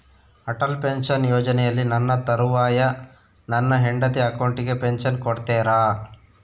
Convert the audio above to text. Atal pension ಯೋಜನೆಯಲ್ಲಿ ನನ್ನ ತರುವಾಯ ನನ್ನ ಹೆಂಡತಿ ಅಕೌಂಟಿಗೆ ಪೆನ್ಶನ್ ಕೊಡ್ತೇರಾ?